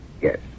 yes